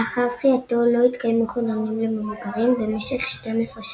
לאחר זכייתו לא התקיימו חידונים למבוגרים במשך 12 שנה.